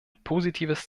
positives